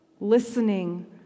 listening